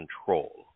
control